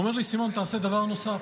הוא אומר לי: סימון, תעשה דבר נוסף,